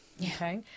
Okay